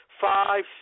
five